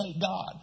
God